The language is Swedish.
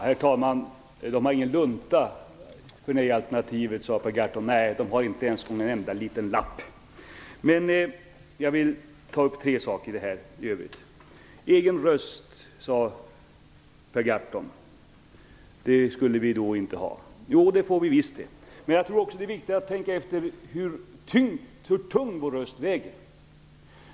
Herr talman! Per Gahrton sade att de inte hade någon lunta i alternativet. Nej, de har inte ens någon enda liten lapp. Jag vill i övrigt beröra tre saker. Per Gahrton sade att Sverige inte skulle få en egen röst. Jo, det får vi visst det. Men det är också viktigt att tänka efter hur tungt vår röst väger.